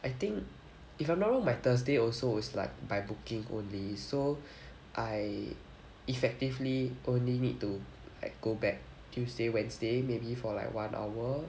I think if I'm not wrong my thursday also is like by booking only so I effectively only need to like go back tuesday wednesday maybe for like one hour